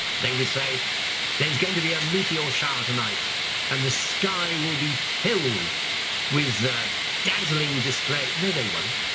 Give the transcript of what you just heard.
they will say there's going to be a meteor shower tonight and the sky will be filled with the dazzling display. no, they won't.